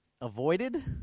avoided